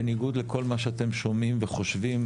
בניגוד לכל מה שאתם שומעים וחושבים,